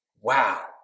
Wow